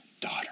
daughter